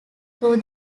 though